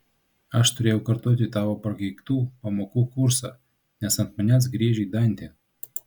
aš turėjau kartoti tavo prakeiktų pamokų kursą nes ant manęs griežei dantį